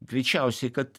greičiausiai kad